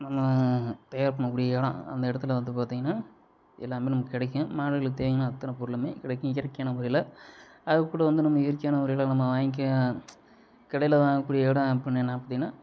நம்ம தயார் பண்ண கூடிய இடம் அந்த இடத்துல வந்து பார்த்திங்கனா எல்லாமே நமக்கு கிடைக்கும் மாடுங்களுக்கு தேவையான அத்தனை பொருளுமே கிடைக்கும் இயற்கையான முறையில் அது கூட வந்து நம்ம இயற்கையான முறையில் நம்ம வாங்கிக்க கடையில் வாங்க கூடிய இடம் அப்படின்னா பார்த்திங்கனா